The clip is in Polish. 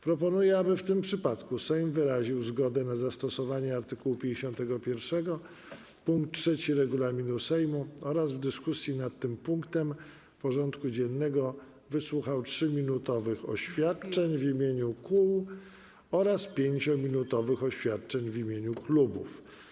Proponuję, aby w tym przypadku Sejm wyraził zgodę na zastosowanie art. 51 pkt 3 regulaminu Sejmu oraz w dyskusji nad tym punktem porządku dziennego wysłuchał 3-minutowych oświadczeń w imieniu kół oraz 5-minutowych oświadczeń w imieniu klubów.